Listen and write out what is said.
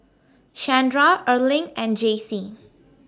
Shandra Erling and Jaycee